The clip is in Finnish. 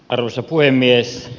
arvoisa puhemies